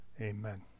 Amen